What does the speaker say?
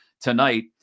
tonight